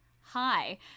Hi